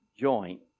joint